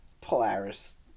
polaris